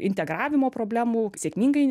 integravimo problemų sėkmingai